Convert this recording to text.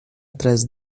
atrás